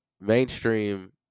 mainstream